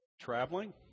traveling